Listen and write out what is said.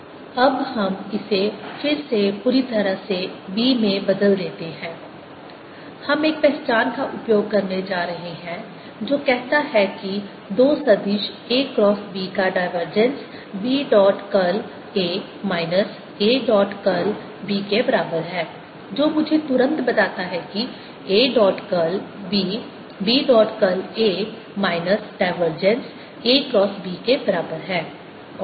अब हम इसे फिर से पूरी तरह से B में बदल देते हैं हम एक पहचान का उपयोग करने जा रहे हैं जो कहता है कि दो सदिश A क्रॉस B का divergence B dot curl A minus A dot curl B के बराबर है जो मुझे तुरंत बताता है कि A dot curl B B dot curl A minus divergence A cross B के बराबर है